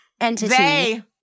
entity